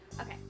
Okay